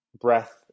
breath